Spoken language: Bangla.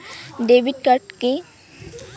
Debit card key?